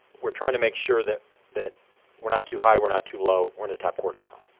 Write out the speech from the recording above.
we're trying to make sure that that we're not too high, we're not too low, we're in the top quartile.